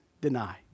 deny